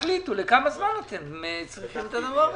תחליטו לכמה זמן אתם צריכים את הדבר הזה.